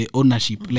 ownership